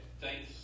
Thanks